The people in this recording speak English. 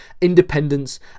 independence